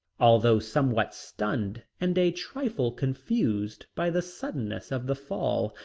although somewhat stunned and a trifle confused by the suddenness of the fall,